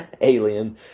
Alien